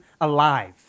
alive